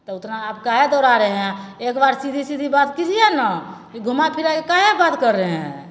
तऽ ओतना आप काहे दौड़ा रहे हैं एक बार सीधी सीधी बात कीजिए ना ई घुमा फिरा के काहे बात कर रहे हैं